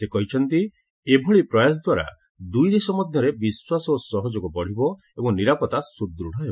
ସେ କହିଛନ୍ତି ଏଭଳି ପ୍ରୟାସ ଦ୍ୱାରା ଦୁଇଦେଶ ମଧ୍ୟରେ ବିଶ୍ୱାସ ଓ ସହଯୋଗ ବଢ଼ିବ ଏବଂ ନିରାପତ୍ତା ସୁଦୃଢ଼ ହେବ